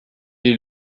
est